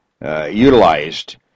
Utilized